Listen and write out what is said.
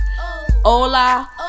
hola